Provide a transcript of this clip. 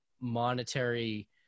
monetary